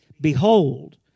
Behold